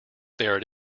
there